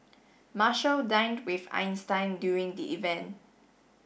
Marshall dined with Einstein during the event